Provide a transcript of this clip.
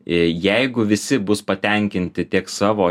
jeigu visi bus patenkinti tiek savo